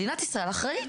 מדינת ישראל אחראית.